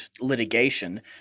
litigation